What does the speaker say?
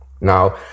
Now